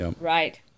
Right